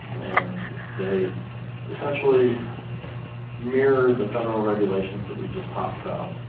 and they essentially mirror the federal regulations that we just talked about.